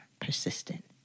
persistent